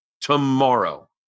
Tomorrow